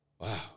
Wow